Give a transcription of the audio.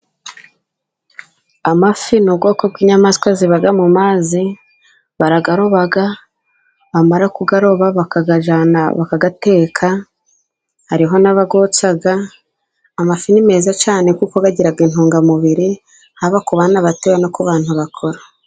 Amafi ni ubwoko bw'inyamaswa ziba mu mazi, barayaroba, bamara kuyaroba bakagajyana bayateka, hariho n'abayotsa, amafi ni meza cyane kuko bagira intungamubiri, haba ku bana batoya no ku bantu bakuru.